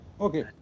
Okay